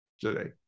today